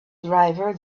driver